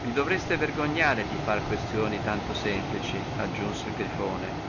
vi dovreste vergognare di far questioni tanto semplici aggiunse il grifone